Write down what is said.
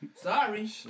Sorry